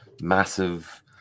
massive